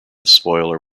spoiler